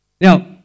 Now